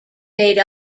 made